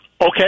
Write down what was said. Okay